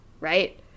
right